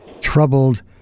troubled